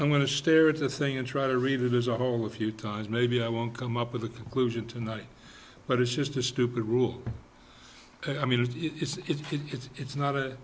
i'm going to stare at the thing and try to read it as a whole a few times maybe i won't come up with a conclusion tonight but it's just a stupid rule i mean it's it's it's it's not